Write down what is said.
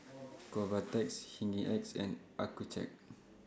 Convatec Hygin X and Accucheck